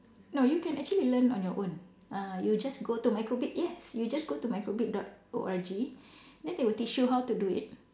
no you can actually learn on your own ah you just go to microbit yes you just do to microbit dot O R G then they will teach you how to do it